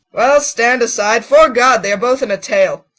well, stand aside. fore god, they are both in a tale.